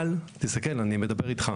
אבל תסתכל אני מדבר אתך,